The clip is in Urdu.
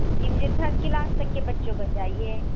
جی مجھے تھرڈ کلاس تک کے بچوں کا چاہیے ہے